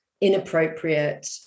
inappropriate